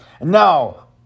Now